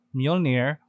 mjolnir